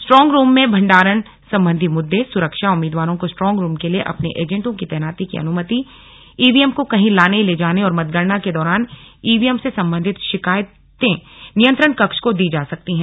strong room में भंडारण संबंधी मुद्दे सुरक्षा उम्मीदवारों को स्ट्रांगरूम के लिए अपने एजेंटों की तैनाती की अनुमति ईवीएम को कहीं लाने ले जाने और मतगणना के दौरान ईवीएम से संबंधित शिकायतें नियंत्रण कक्ष को दी जा सकती हैं